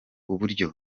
uburyo